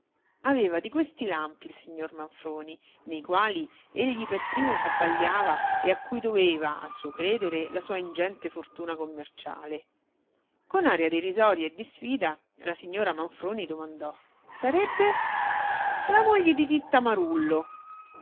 aveva di questi lampi il signor manfroni nei quali egli per primo s'abbagliava e a cui doveva a suo credere la sua ingente fortuna commerciale con aria derisoria e di sfida la signora manfroni domandò sarebbe la moglie di titta marullo